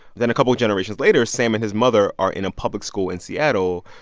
then, a couple of generations later, sam and his mother are in a public school in seattle.